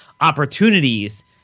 opportunities